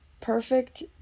perfect